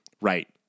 Right